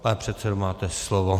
Pane předsedo, máte slovo.